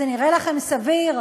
זה נראה לכם סביר?